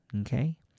Okay